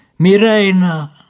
Mirena